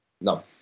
No